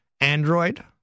Android